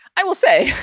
i will say